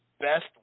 best